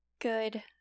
Good